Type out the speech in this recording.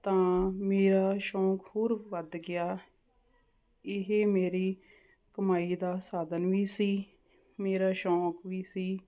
ਤਾਂ ਮੇਰਾ ਸ਼ੌਂਕ ਹੋਰ ਵੱਧ ਗਿਆ ਇਹ ਮੇਰੀ ਕਮਾਈ ਦਾ ਸਾਧਨ ਵੀ ਸੀ ਮੇਰਾ ਸ਼ੌਂਕ ਵੀ ਸੀ